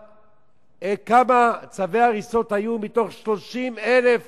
כמה צווי הריסה היו מתוך 30,000